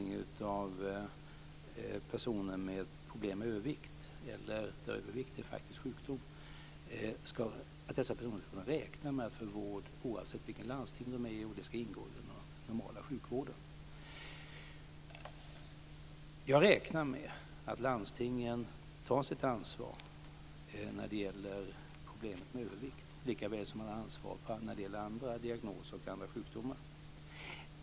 Det är viktigt att personer med problem med övervikt ska kunna räkna med vård oavsett vilket landsting de hör till. Det ska ingå i den normala sjukvården. Jag räknar med att landstingen tar sitt ansvar i fråga om problem med övervikt, likaväl som man har ansvar för andra diagnoser och sjukdomar.